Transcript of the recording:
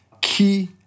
key